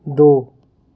ਦੋ